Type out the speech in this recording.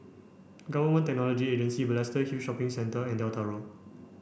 Government Technology Agency Balestier Hill Shopping Centre and Delta Road